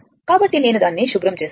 కాబట్టి నేను దానిని శుభ్రం చేస్తాను